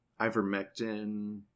ivermectin